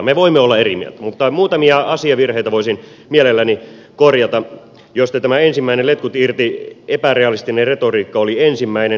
me voimme olla eri mieltä mutta muutamia asiavirheitä voisin mielelläni korjata joista tämä letkut irti epärealistinen retoriikka oli ensimmäinen